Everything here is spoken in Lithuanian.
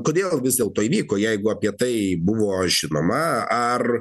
kodėl vis dėlto įvyko jeigu apie tai buvo žinoma ar